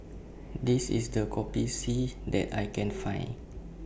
This IS The Best Kopi C that I Can Find